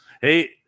Hey